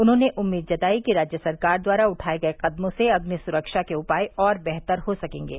उन्होंने उम्मीद जतायी कि राज्य सरकार द्वारा उठाये गये कदमों से अभ्निसुरक्षा के उपाय और बेहतर हो सकेंगे